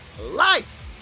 life